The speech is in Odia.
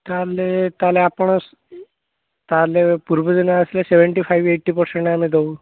ତା'ହେଲେ ତା'ହେଲେ ଆପଣ ତା'ହେଲେ ପୂର୍ବଦିନ ଆସିଲେ ସେଭେଣ୍ଟି ଫାଇବ୍ ଏଇଟି ପରସେଣ୍ଟ ଆମେ ଦେବୁ